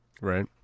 Right